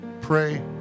pray